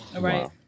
right